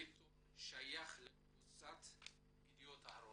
העיתון שייך לקבוצת ידיעות אחרונות,